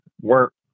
work